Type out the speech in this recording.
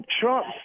Trump